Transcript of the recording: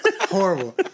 Horrible